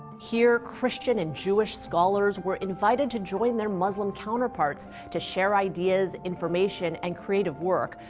here, christian and jewish scholars were invited to join their muslim counterparts to share ideas, information and creative work,